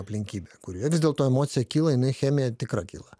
aplinkybę kurioje vis dėlto emocija kyla jinai chemija tikra kyla